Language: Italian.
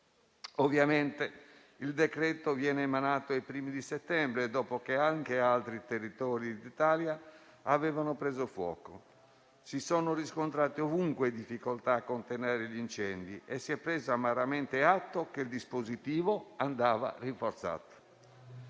decreto-legge è stato adottato i primi di settembre, dopo che anche altri territori d'Italia avevano preso fuoco. Si sono riscontrate ovunque difficoltà a contenere gli incendi e si è preso amaramente atto che il dispositivo andava rinforzato.